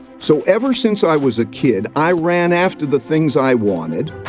so ever since i was a kid, i ran after the things i wanted,